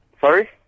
Sorry